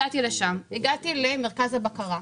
הגעתי לשם, הגעתי למרכז הבקרה.